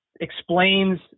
explains